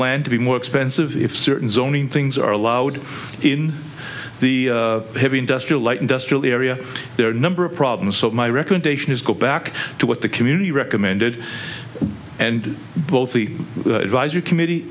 land to be more expensive if certain zoning things are allowed in the heavy industrial light industrial area there are a number of problems so my recommendation is go back to what the community recommended and both the advisory committee